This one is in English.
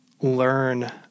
learn